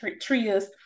Tria's